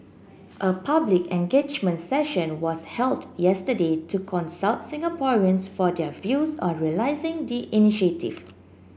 a public engagement session was held yesterday to consult Singaporeans for their views on realising the initiative